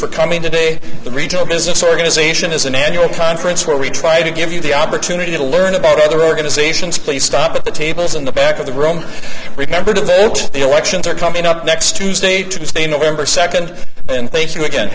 for coming today the retail business organization is an annual conference where we try to give you the opportunity to learn about other organizations please stop at the tables in the back of the room remember to vote the elections are coming up next tuesday tuesday november second and thank you again